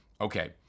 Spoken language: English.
Okay